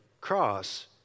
cross